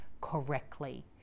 correctly